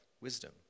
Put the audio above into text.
wisdom